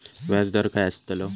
व्याज दर काय आस्तलो?